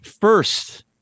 first